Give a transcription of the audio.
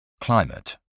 Climate